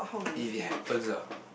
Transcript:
if it happens ah